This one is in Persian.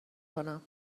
کنم